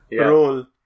role